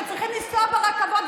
שצריכים לנסוע ברכבות,